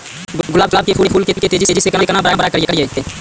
गुलाब के फूल के तेजी से केना बड़ा करिए?